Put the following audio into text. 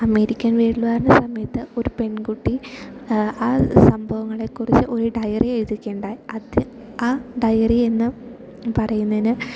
American world വാറിൻ്റെ സമയത്ത് ഒരു പെൺകുട്ടി ആ സംഭവങ്ങളെ കുറിച്ചു ഒരു ഡയറി എഴുതുകയുണ്ടായി അത് ആ ഡയറി എന്നു പറയുന്നതിന്